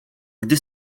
gdy